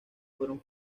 fueron